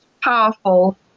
powerful